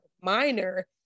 minor